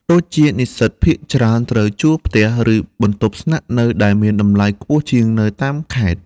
ដូចជានិស្សិតភាគច្រើនត្រូវជួលផ្ទះ ឬបន្ទប់ស្នាក់នៅ ដែលមានតម្លៃខ្ពស់ជាងនៅតាមខេត្ត។